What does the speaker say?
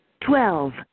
Twelve